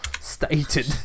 stated